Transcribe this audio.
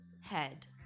head